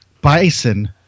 Bison